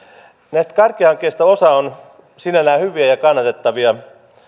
näistä kärkihankkeista osa on sinällään hyviä ja ja kannatettavia